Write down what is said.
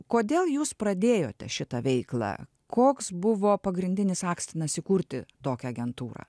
kodėl jūs pradėjote šitą veiklą koks buvo pagrindinis akstinas įkurti tokią agentūrą